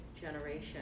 generation